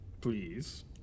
Please